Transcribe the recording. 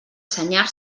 senyar